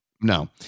No